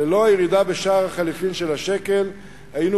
ללא הירידה בשער החליפין של השקל היינו